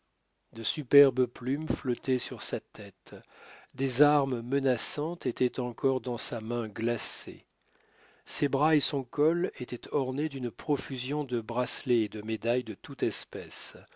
de superbes plumes flottaient sur sa tête des armes menaçantes étaient encore dans sa main glacée ses bras et son col étaient ornés d'une profusion de bracelets et de médailles de toute espèce